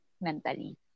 mentally